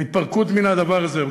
ההתפרקות מהדבר זה.